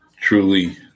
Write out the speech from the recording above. truly